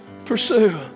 Pursue